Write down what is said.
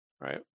right